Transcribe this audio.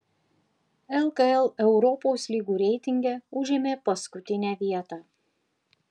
lkl europos lygų reitinge užėmė paskutinę vietą